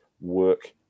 work